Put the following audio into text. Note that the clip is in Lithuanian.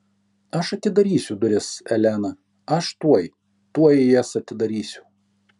aš atidarysiu duris elena aš tuoj tuoj jas atidarysiu